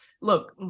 look